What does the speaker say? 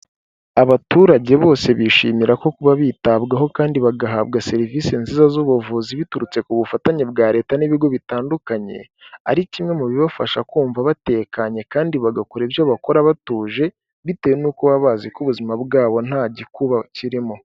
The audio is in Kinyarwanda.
Abaturage bose bishimira ko kuba bitabwaho kandi bagahabwa serivisi nziza z'ubuvuzi biturutse ku bufatanye bwa leta n'ibigo bitandukanye, ari kimwe mu bibafasha kumva batekanye kandi bagakora ibyo bakora batuje, bitewe n'uko baba bazi ko ubuzima bwabo nta gikuba kirimo.